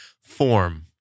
form